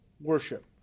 worship